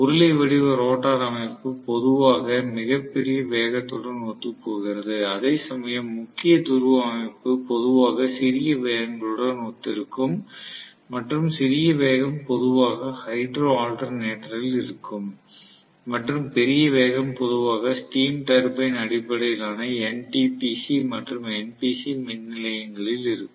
உருளை வடிவ ரோட்டார் அமைப்பு பொதுவாக மிகப் பெரிய வேகத்துடன் ஒத்துப்போகிறது அதேசமயம் முக்கிய துருவ அமைப்பு பொதுவாக சிறிய வேகங்களுடன் ஒத்திருக்கும் மற்றும் சிறிய வேகம் பொதுவாக ஹைட்ரோ ஆல்டர்னேட்டரில் இருக்கும் மற்றும் பெரிய வேகம் பொதுவாக ஸ்டீம் டர்பைன் அடிப்படையிலான NTPC மற்றும் NPC மின் நிலையங்களில் இருக்கும்